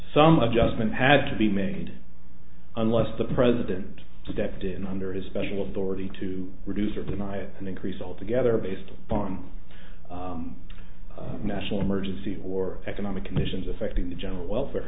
some adjustment had to be made unless the president stepped in under his special authority to reduce or deny an increase altogether based upon a national emergency or economic conditions affecting the general welfare